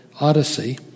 Odyssey